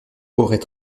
aurait